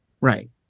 Right